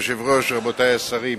אדוני היושב-ראש, רבותי השרים,